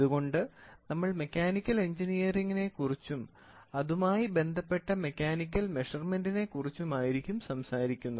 അതുകൊണ്ട് നമ്മൾ mechanical engineering കുറിച്ചും അതുമായി ബന്ധപ്പെട്ട മെക്കാനിക്കൽ മെഷർമെന്റിനെക്കുറിച്ചും ആയിരിക്കും സംസാരിക്കുന്നത്